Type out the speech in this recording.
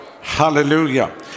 Hallelujah